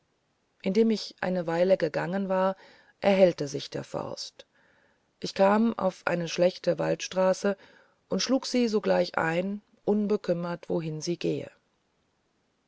indem ich eine weile gegangen war erhellte sich der forst ich kam auf eine schlechte waldstraße und schlug sie sogleich ein unbekümmert wohin sie gehe